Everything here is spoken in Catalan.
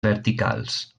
verticals